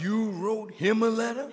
you wrote him a letter